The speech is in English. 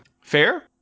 Fair